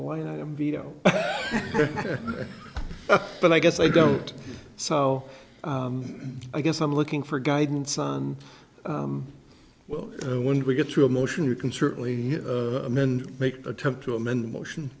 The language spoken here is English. a line item veto but i guess i don't so i guess i'm looking for guidance on well when we get to a motion you can certainly amend make attempt to amend the motion